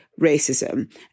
racism